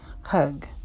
hug